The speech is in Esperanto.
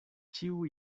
ĉiu